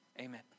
amen